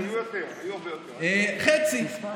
חצי.